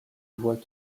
voit